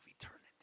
eternity